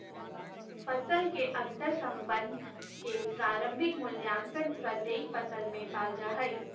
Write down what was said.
फसल के अंतर्संबंध के प्रारंभिक मूल्यांकन प्रत्येक फसल में पाल जा हइ